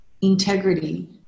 integrity